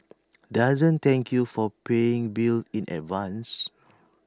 doesn't thank you for paying bills in advance